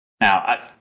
Now